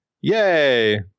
yay